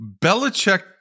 Belichick